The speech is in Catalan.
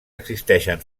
existeixen